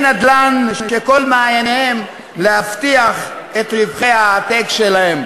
נדל״ן שכל מעייניהם להבטיח את רווחי העתק שלהם?